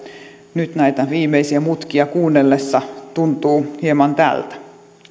nyt näitä viimeisiä mutkia kuunnellessa tuntuu hieman tältä